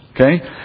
Okay